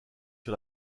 sur